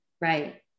Right